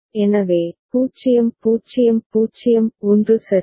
எனவே மீதமுள்ளவர்கள் கவலைப்படவில்லை நல்லது